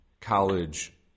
college